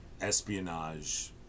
espionage